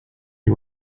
one